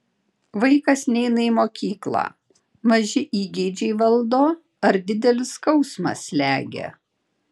vaikas neina į mokyklą maži įgeidžiai valdo ar didelis skausmas slegia